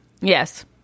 Yes